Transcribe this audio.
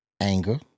anger